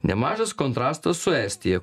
nemažas kontrastas su estija